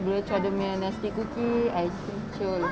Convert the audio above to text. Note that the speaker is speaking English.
boleh try dia punya nasty cookie ice cream ke